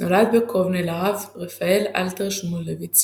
נולד בקובנה לרב רפאל אלתר שמואלביץ,